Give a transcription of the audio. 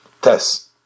Test